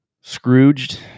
Scrooged